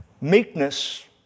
Meekness